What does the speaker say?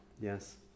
Yes